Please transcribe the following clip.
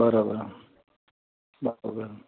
बराबरि बराबरि